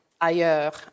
ailleurs